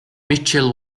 mitchell